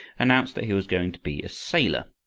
announced that he was going to be a sailor.